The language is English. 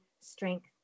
strength